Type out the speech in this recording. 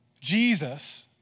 Jesus